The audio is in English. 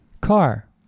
car